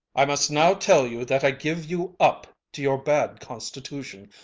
i must now tell you that i give you up to your bad constitution,